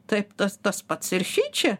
taip tas tas pats ir šičia